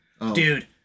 Dude